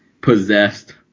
possessed